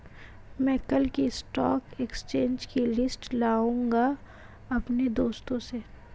मै कल की stock exchange की लिस्ट लाऊंगा अपने दोस्त से